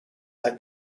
their